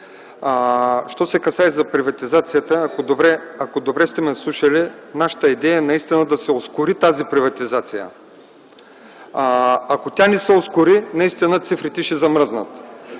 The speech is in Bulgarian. що се касае за приватизацията, ако добре сте ме слушали, нашата идея е наистина да се ускори тази приватизация. Ако тя не се ускори, цифрите ще замръзнат.